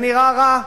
זה נראה רע,